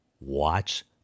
watch